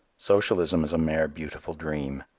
socialism is a mere beautiful dream,